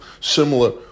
similar